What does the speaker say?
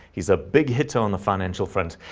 he's a big hit on the financial front.